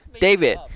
David